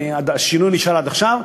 והשינוי נשאר עד עכשיו,